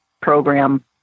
Program